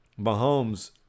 Mahomes